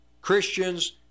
Christians